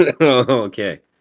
Okay